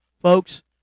Folks